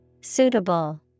Suitable